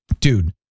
dude